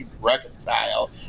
reconcile